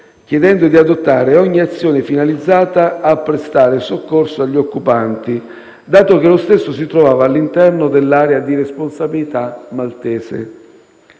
chiedendo di adottare ogni azione finalizzata a prestare soccorso agli occupanti, dato che lo stesso si trovava all'interno dell'area di responsabilità maltese.